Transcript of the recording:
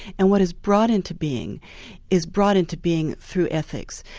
and what is brought into being is brought into being through ethics,